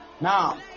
Now